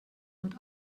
und